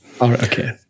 Okay